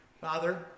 Father